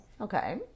okay